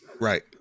Right